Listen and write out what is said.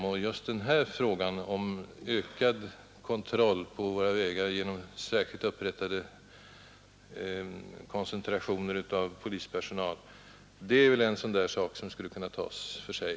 Och just den här frågan om ökad kontroll på våra vägar genom särskilt upprättade koncentrationer av polispersonal är väl en sådan sak som skulle kunna tas för sig.